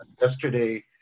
yesterday